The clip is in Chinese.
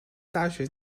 大学